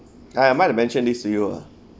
I might have mentioned this to you ah